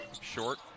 Short